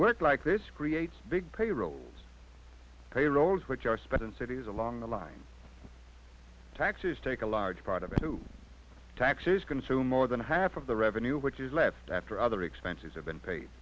work like this creates big payrolls payrolls which are spent in cities along the line taxes take a large part of it to taxes consume more than half of the revenue which is left after other expenses have been paid